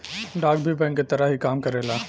डाक भी बैंक के तरह ही काम करेला